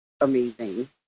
amazing